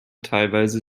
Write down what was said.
teilweise